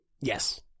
Yes